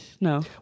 no